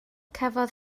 cafodd